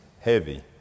heavy